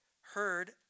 heard